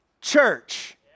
church